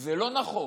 זה לא נכון,